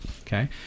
okay